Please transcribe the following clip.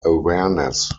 awareness